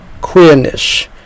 queerness